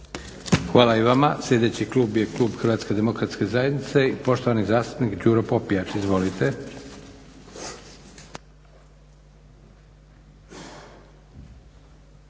Hvala i vama. Sljedeći klub je klub Hrvatske demokratske zajednice i poštovani zastupnik Đuro Popijač. Izvolite.